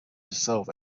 itself